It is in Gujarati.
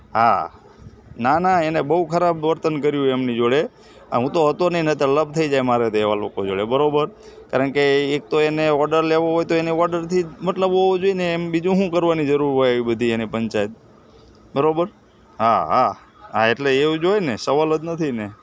હા ના ના એણે બહુ ખરાબ વર્તન કર્યું એમની જોડે હું તો હતો નહીં નહિતર લપ થઇ જાય મારે તો એવા લોકો જોડે બરાબર કારણ કે એક તો એણે ઓર્ડર લેવો હોય તો ઓર્ડરથી જ મતલબ હોવો જોઇએ ને એમ બીજું શું કરવાની જરૂર હોય એવી બધી એને પંચાત બરાબર હા હા એટલે એવું જ હોય ને સવાલ જ નથી ને